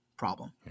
problem